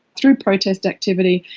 through protest activity,